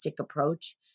approach